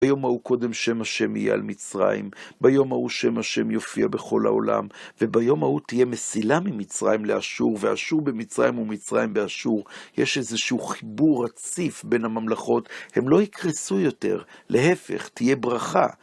ביום ההוא קודם שם השם יהיה על מצרים, ביום ההוא שם השם יופיע בכל העולם, וביום ההוא תהיה מסילה ממצרים לאשור, ואשור במצרים ומצרים באשור. יש איזשהו חיבור רציף בין הממלכות, הם לא יקרסו יותר, להפך - תהיה ברכה.